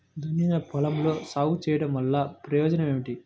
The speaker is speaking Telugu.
దున్నిన పొలంలో సాగు చేయడం వల్ల ప్రయోజనం ఏమిటి?